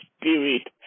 spirit